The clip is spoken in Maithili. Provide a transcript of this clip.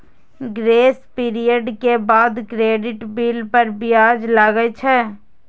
ग्रेस पीरियड के बाद क्रेडिट बिल पर ब्याज लागै छै